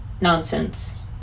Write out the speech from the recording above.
nonsense